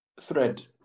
thread